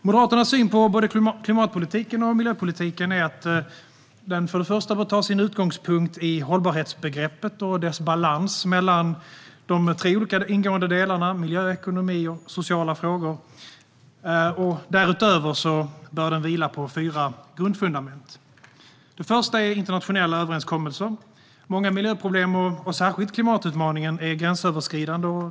Moderaternas syn på både klimatpolitiken och miljöpolitiken är att den först och främst bör ta sin utgångspunkt i hållbarhetsbegreppet och dess balans mellan de tre olika ingående delarna: miljö, ekonomi och sociala frågor. Därutöver bör den vila på fyra grundfundament. Det första är internationella överenskommelser. Många miljöproblem, och särskilt klimatutmaningen, är gränsöverskridande.